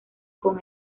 con